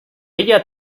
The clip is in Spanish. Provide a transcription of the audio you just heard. ella